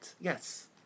Yes